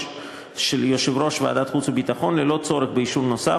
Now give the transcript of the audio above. של יושב-ראש ועדת החוץ והביטחון ללא צורך באישור נוסף.